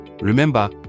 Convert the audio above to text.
Remember